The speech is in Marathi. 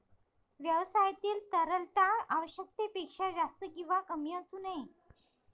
व्यवसायातील तरलता आवश्यकतेपेक्षा जास्त किंवा कमी असू नये